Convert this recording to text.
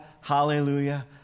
hallelujah